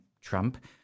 Trump